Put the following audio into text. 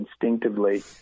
instinctively